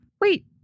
Wait